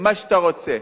מה שאתה רוצה.